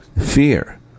Fear